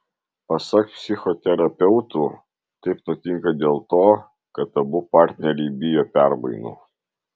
pasak psichoterapeutų taip nutinka dėl to kad abu partneriai bijo permainų